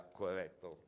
corretto